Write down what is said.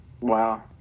Wow